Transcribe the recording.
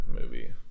movie